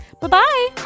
Bye-bye